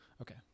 Okay